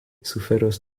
suferos